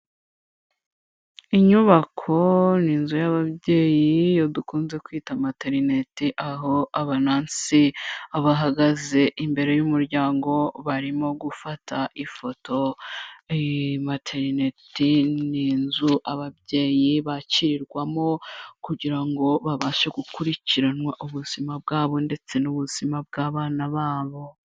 Inyubako ni inzu yab'ababyeyi yo dukunze kwita materineti, aho abanasi bahagaze imbere y' y'umuryango barimo gufata ifoto. Materineti ni inzu ababyeyi bakirirwamo kugira ngo babashe gukurikiranwa ubuzima bwabo ndetse n'ubuzima bw'abana babo.